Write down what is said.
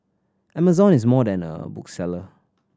amazon is more than a bookseller